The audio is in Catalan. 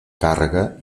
càrrega